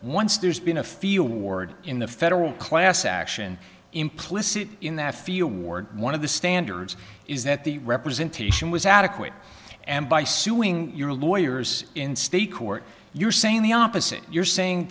once there's been a field award in the federal class action implicit in that field warrant one of the standards is that the representation was adequate and by suing your lawyers in state court you're saying the opposite you're saying